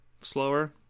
slower